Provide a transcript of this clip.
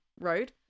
road